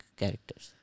characters